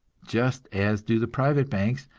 just as do the private banks,